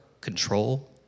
control